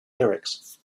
lyrics